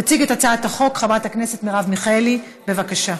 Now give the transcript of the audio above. תציג את הצעת החוק חברת הכנסת מרב מיכאלי, בבקשה.